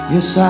Yes